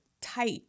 tight